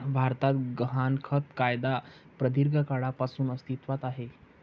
भारतात गहाणखत कायदा प्रदीर्घ काळापासून अस्तित्वात आहे